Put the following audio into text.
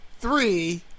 three